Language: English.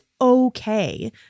okay